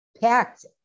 packed